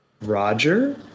Roger